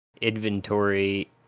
inventory